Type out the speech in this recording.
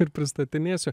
ir pristatinėsiu